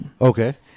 Okay